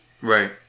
Right